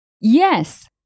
Yes